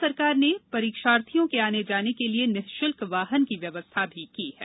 राज्य सरकार ने परीक्षार्थियों के आने जाने के लिए निशुल्क वाहन की व्यवस्था की है